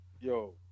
Yo